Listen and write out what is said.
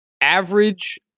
average